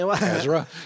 Ezra